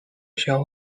撤销